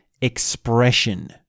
expression